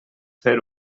fer